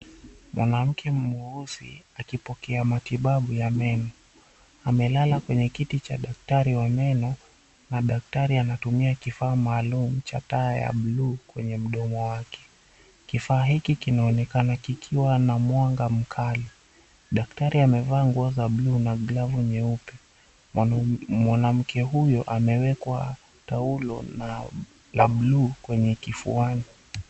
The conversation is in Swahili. Mwanamke mweusi akipokea matibabu ya meno. Amelala kwenye kiti cha daktari wa meno na daktari anatumia kifaa maalum cha taa ya buluu kwenye mdomo wake. Kifaa hiki kinaonekana kikiwa na mwanga mkali. Daktari amevaa nguo za buluu na glavu nyeupe. Mwanamke huyo amewekwa la buluu kwenye kifuani.